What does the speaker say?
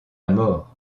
mort